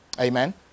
amen